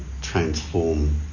transform